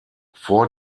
vor